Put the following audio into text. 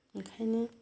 ओंखायनो